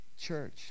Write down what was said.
church